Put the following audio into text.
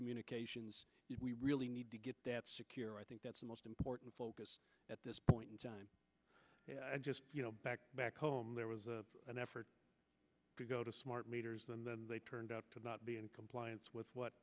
communications we really need to get that secure i think that's the most important focus at this point in time just you know back back home there was a an effort to go to smart meters and then they turned out to not be in compliance with what